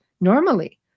normally